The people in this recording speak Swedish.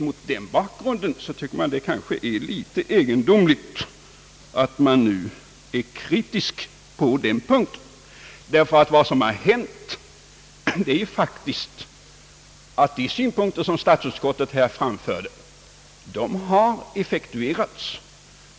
Mot den bakgrunden är det egendomligt att man nu är kritisk på denna punkt. Ty vad som nu hänt är faktiskt att de synpunkter som statsutskottet framförde har effektuerats.